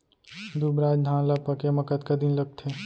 दुबराज धान ला पके मा कतका दिन लगथे?